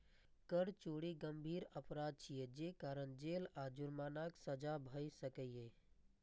कर चोरी गंभीर अपराध छियै, जे कारण जेल आ जुर्मानाक सजा भए सकैए